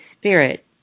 Spirit